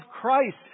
Christ